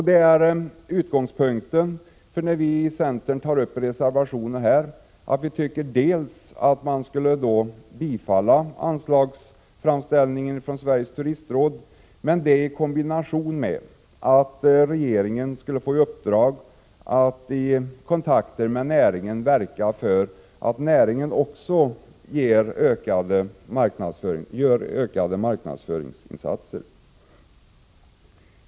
Det är utgångspunkten när vi i centern i vår reservation 8 menar att man borde bifalla anslagsframställningen från Sveriges turistråd, men i kombination med att regeringen skulle få i uppdrag att i kontakter med näringen verka för att näringen också gör ökade marknadsföringsinsatser.